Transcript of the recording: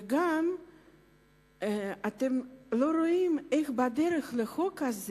וגם אתם לא רואים איך בדרך לחוק הזה